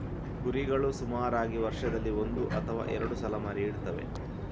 ಕುರಿಗಳು ಸುಮಾರಾಗಿ ವರ್ಷದಲ್ಲಿ ಒಂದು ಅಥವಾ ಎರಡು ಸಲ ಮರಿ ಇಡ್ತವೆ